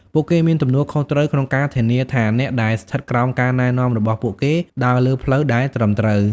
ពួកគេមានទំនួលខុសត្រូវក្នុងការធានាថាអ្នកដែលស្ថិតក្រោមការណែនាំរបស់ពួកគេដើរលើផ្លូវដែលត្រឹមត្រូវ។